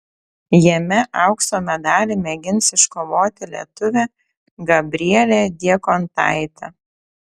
jame aukso medalį mėgins iškovoti lietuvė gabrielė diekontaitė